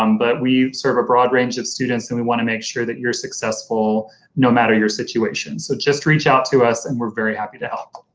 um but we serve a broad range of students and we want to make sure that you're successful no matter your situation. so just reach out to us and we're very happy to help.